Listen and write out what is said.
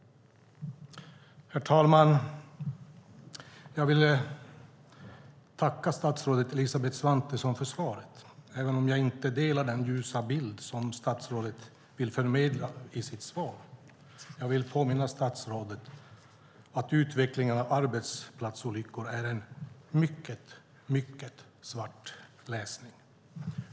Herr talman! Jag ville tacka statsrådet Elisabeth Svantesson för svaret även om jag inte delar den ljusa bild som statsrådet vill förmedla i sitt svar. Jag vill påminna statsrådet om att utvecklingen av arbetsplatsolyckor är en mycket, mycket svart läsning.